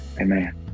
Amen